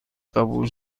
قبول